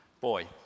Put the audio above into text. Boy